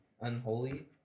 Unholy